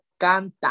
canta